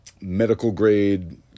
medical-grade